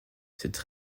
cette